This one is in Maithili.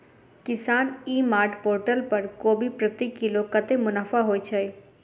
किसान ई मार्ट पोर्टल पर कोबी प्रति किलो कतै मुनाफा होइ छै?